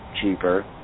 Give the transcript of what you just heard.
cheaper